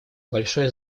большое